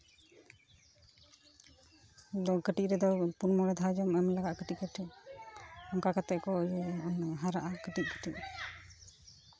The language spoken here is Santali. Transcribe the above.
ᱟᱫᱚ ᱠᱟᱹᱴᱤᱡ ᱨᱮᱫᱚ ᱯᱩᱱ ᱢᱚᱬᱮ ᱫᱷᱟᱣ ᱡᱚᱢ ᱮᱢ ᱞᱟᱜᱟᱜᱼᱟ ᱠᱟᱹᱴᱤᱡ ᱠᱟᱹᱴᱤᱡ ᱚᱝᱠᱟ ᱠᱟᱛᱮ ᱠᱚ ᱤᱭᱟᱹ ᱦᱟᱨᱟᱜᱼᱟ ᱠᱟᱹᱴᱤᱡ ᱠᱟᱹᱴᱤᱡ